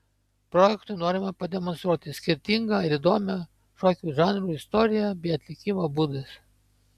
projektu norima pademonstruoti skirtingą ir įdomią šokių žanrų istoriją bei atlikimo būdus